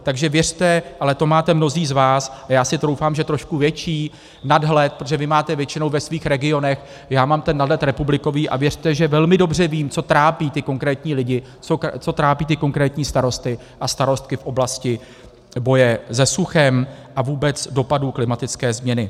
Takže věřte, ale to máte mnozí z vás, a já si troufám, že trošku větší nadhled, protože vy máte většinou ve svých regionech, já mám ten nadhled republikový, a věřte, že velmi dobře vím, co trápí ty konkrétní lidi, co trápí ty konkrétní starosty a starostky v oblasti boje se suchem a vůbec dopadu klimatické změny.